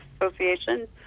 association